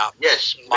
Yes